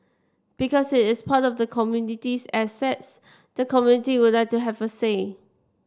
because it is part of the community's assets the community would like to have a say